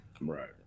right